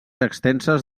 extenses